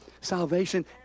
Salvation